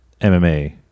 MMA